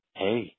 hey